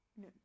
No